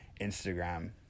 Instagram